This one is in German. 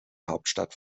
hauptstadt